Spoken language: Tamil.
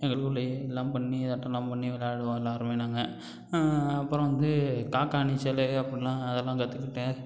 எங்களுக்குள்ளையே எல்லாம் பண்ணி இதாட்டமெலாம் பண்ணி விளையாடுவோம் எல்லோருமே நாங்கள் அப்புறம் வந்து காக்காய் நீச்சல் அப்படிலாம் அதெல்லாம் கற்றுக்கிட்டேன்